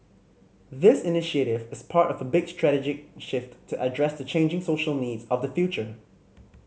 this initiative is part of a big strategic shift to address the changing social needs of the future